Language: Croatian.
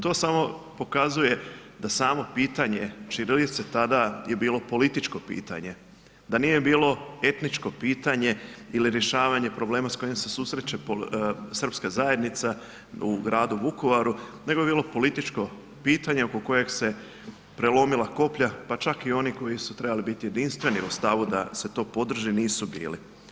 To samo pokazuje da samo pitanje ćirilice tada je bilo političko pitanje, da nije bilo etničko pitanje ili rješavanje problema s kojim se susreće srpska zajednica u gradu Vukovaru, nego je bilo političko pitanje oko kojeg se prelomila koplja pa čak i oni koji su trebali biti jedinstveni u stavu da se to podrži, nisu bili.